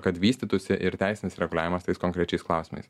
kad vystytusi ir teisinis reguliavimas tais konkrečiais klausimais